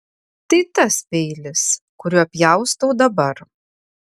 tai tas peilis kuriuo pjaustau dabar